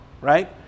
right